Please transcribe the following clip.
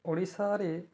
ଓଡ଼ିଶାରେ